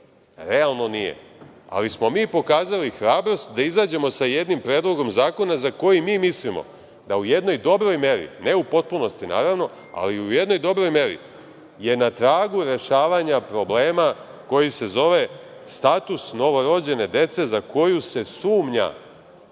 Realno nije, ali smo mi pokazali hrabrost da izađemo sa jednim predlogom zakona za koji mi mislimo da u jednoj dobroj meri, ne u potpunosti naravno, ali u jednoj dobroj meri je na tragu rešavanje problema koji se zove – status novorođene dece za koju se sumnja,